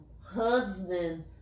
husband